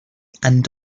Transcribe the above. and